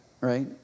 right